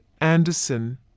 Anderson